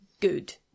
good